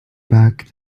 back